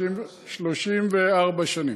34 שנים.